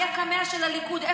אני הקמע של הליכוד.